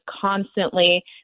constantly